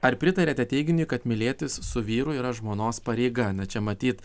ar pritariate teiginiui mylėtis su vyru yra žmonos pareiga na čia matyt